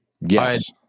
Yes